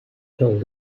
told